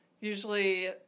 Usually